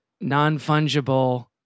non-fungible